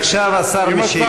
עכשיו השר ממשיך.